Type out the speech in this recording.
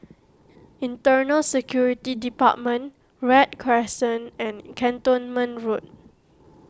Internal Security Department Read Crescent and Cantonment Road